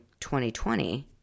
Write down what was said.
2020